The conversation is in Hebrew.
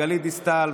גלית דיסטל,